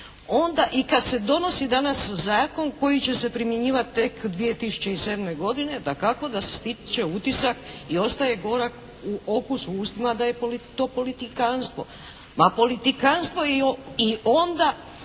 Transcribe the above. onda i kad se donosi danas zakon koji će se primjenjivati tek 2007. godine dakako da se stiče utisak i ostaje gorak okus u ustima da je to politikanstvo. Pa politikanstvo je i onda